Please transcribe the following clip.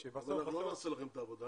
אנחנו לא נעשה לכם את העבודה.